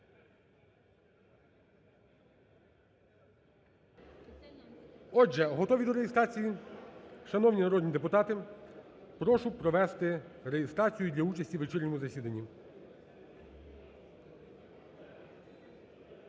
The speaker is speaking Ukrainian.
Отже, готові до реєстрації? Шановні народні депутати, прошу провести реєстрацію для участі в вечірньому засіданні.